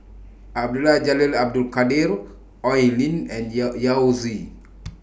Abdul Jalil Abdul Kadir Oi Lin and Yao Yao Zi